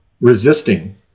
resisting